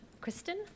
Kristen